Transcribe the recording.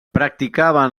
practicaven